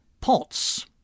Pots